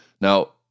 Now